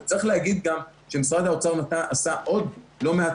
צריך להגיד גם שמשרד האוצר עשה עוד לא מעט